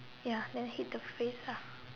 ya then hit the face ah